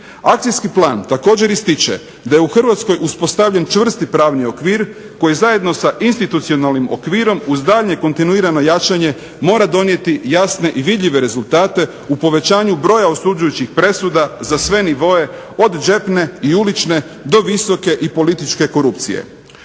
Akcijski plan također ističe da je u Hrvatskoj uspostavljen čvrsti pravni okvir koji zajedno sa institucionalnim okvirom uz daljnje kontinuirano jačanje mora donijeti jasne i vidljive rezultate u povećanju broja osuđujućih presuda za sve nivoe od džepne i ulične do visoke i političke korupcije.